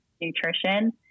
nutrition